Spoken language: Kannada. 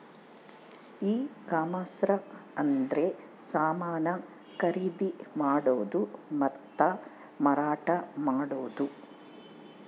ಈ ಕಾಮರ್ಸ ಅಂದ್ರೆ ಸಮಾನ ಖರೀದಿ ಮಾಡೋದು ಮತ್ತ ಮಾರಾಟ ಮಾಡೋದು